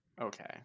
Okay